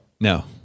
No